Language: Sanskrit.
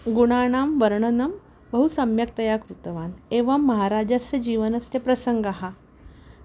गुणानां वर्णनं बहु सम्यक्तया कृतवान् एवं महाराजस्य जीवनस्य प्रसङ्गः